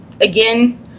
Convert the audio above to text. again